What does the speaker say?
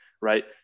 right